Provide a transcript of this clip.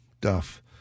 Duff